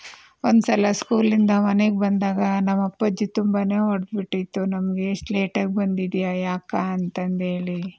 ಒಂದ್ಸಲ ಸ್ಕೂಲಿಂದ ಮನೆಗೆ ಬಂದಾಗ ನಮ್ಮ ಅಪ್ಪಾಜಿ ತುಂಬನೇ ಹೊಡೆದ್ಬಿಟ್ಟಿತ್ತು ನಮಗೆ ಇಷ್ಟು ಲೇಟಾಗಿ ಬಂದಿದ್ದೀಯ ಯಾಕೆ ಅಂತಂಧೇಳಿ